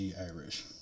Irish